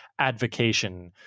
advocation